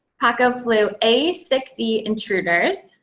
paco flew a six e intruders,